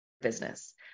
business